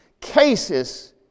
cases